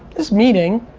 this meeting,